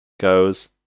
goes